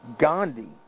Gandhi